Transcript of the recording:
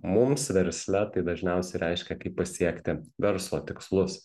mums versle tai dažniausiai reiškia kaip pasiekti verslo tikslus